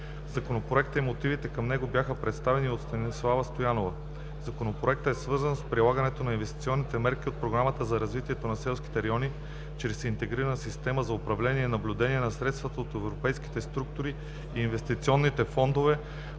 Законопроектът и мотивите към него бяха представени от Станислава Стоянова. Законопроектът е свързан с прилагането на инвестиционните мерки от Програмата за развитие на селските райони (ПРСР) чрез Интегрираната система за управление и наблюдение на средствата от Европейските структурни и инвестиционни фондове